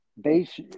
Base